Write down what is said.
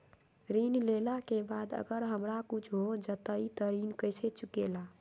ऋण लेला के बाद अगर हमरा कुछ हो जाइ त ऋण कैसे चुकेला?